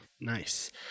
nice